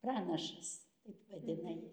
pranašas taip vadina jį